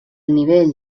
nivell